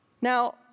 Now